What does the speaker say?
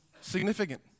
significant